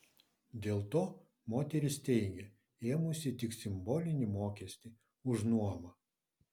dėl to moteris teigia ėmusi tik simbolinį mokestį už nuomą